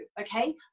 okay